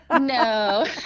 No